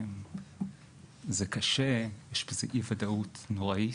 זה קשה, יש בזה אי-ודאות נוראית.